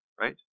Right